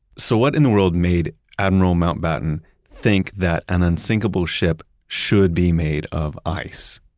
so what in the world made admiral mountbatten think that an unsinkable ship should be made of ice?